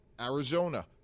Arizona